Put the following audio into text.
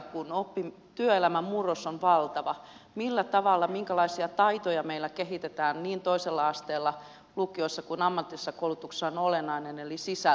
kun työelämän murros on valtava se millä tavalla ja minkälaisia taitoja meillä kehitetään toisella asteella niin lukiossa kuin ammatillisessa koulutuksessa on olennaista eli sisältö